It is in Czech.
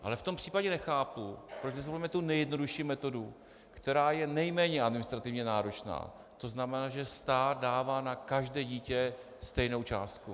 V tom případě ale nechápu, proč nezvolíme tu nejjednodušší metodu, která je nejméně administrativně náročná, což znamená, že stát dává na každé dítě stejnou částku.